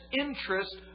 interest